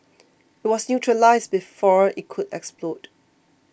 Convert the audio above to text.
it was neutralised before it could explode